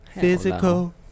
Physical